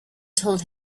told